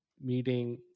meeting